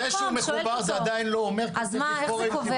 זה שהוא מחובר זה עדיין לא אומר צריך לבחור -- אז איך זה קובע?